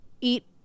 eat